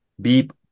Beep